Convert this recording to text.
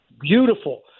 beautiful